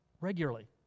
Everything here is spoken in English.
regularly